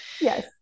Yes